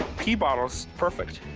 p bottles. perfect.